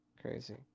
crazy